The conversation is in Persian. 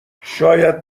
شاید